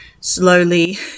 slowly